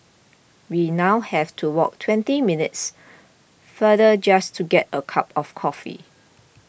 we now have to walk twenty minutes further just to get a cup of coffee